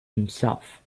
himself